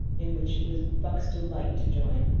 in which it was buck's delight to join.